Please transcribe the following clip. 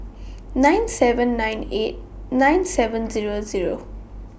nine seven nine eight nine seven Zero Zero